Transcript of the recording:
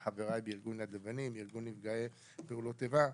לחבריי בארגון יד לבנים ובארגון נפגעי פעולות האיבה,